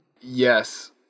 Yes